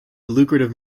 lucrative